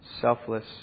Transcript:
selfless